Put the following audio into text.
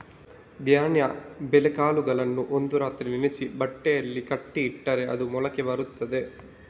ಧಾನ್ಯ ಬೇಳೆಕಾಳುಗಳನ್ನ ಒಂದು ರಾತ್ರಿ ನೆನೆಸಿ ಬಟ್ಟೆನಲ್ಲಿ ಕಟ್ಟಿ ಇಟ್ರೆ ಅದು ಮೊಳಕೆ ಬರ್ತದೆ